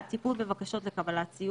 והסמכת בעלי תפקידים(1) טיפול בבקשות לקבלת סיוע,